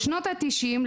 בשנות התשעים,